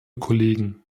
kollegen